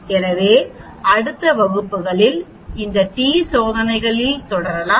எனவே அடுத்த வகுப்பிலும் இந்த டி சோதனைகளில் தொடருவோம்